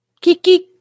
Kiki